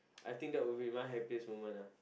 I think that will be my happiest moment lah